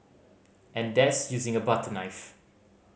and that's using a butter knife